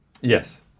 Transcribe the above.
Yes